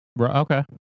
okay